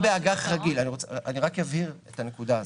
אני רק אבהיר את הנקודה הזו.